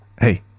Hey